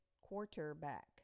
Quarterback